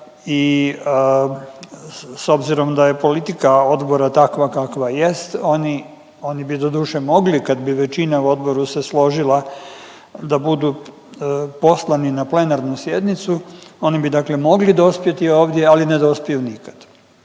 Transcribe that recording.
i s obzirom da je politika odbora takva kakva jest oni bi doduše mogli kad bi većina u odboru se složila da budu poslani na plenarnu sjednicu, oni bi dakle mogli dospjeti ovdje, ali ne dospiju nikad,